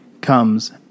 comes